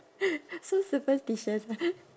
so superstitious ah